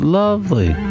lovely